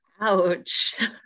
Ouch